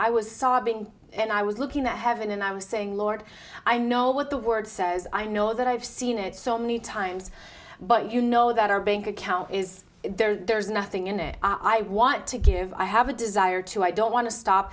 i was sobbing and i was looking at heaven and i was saying lord i know what the word says i know that i've seen it so many times but you know that our bank account is there's nothing in it i want to give i have a desire to i don't want to stop